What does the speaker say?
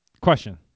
Question